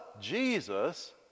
Jesus